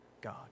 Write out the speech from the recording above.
God